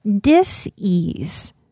dis-ease